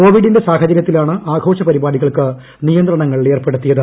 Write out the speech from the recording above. കോവിഡ്ടിന്റെ സാഹചര്യത്തിലാണ് ആഘോഷ പരിപാടികൾക്ക് നിയന്ത്രണ്ടങ്ങൾ ഏർപ്പെടുത്തിയത്